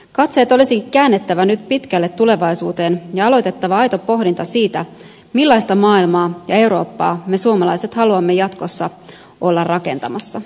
katseet olisikin käännettävä nyt pitkälle tulevaisuuteen ja aloitettava aito pohdinta siitä millaista maailmaa ja eurooppaa me suomalaiset haluamme jatkossa olla rakentamassa